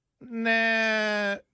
nah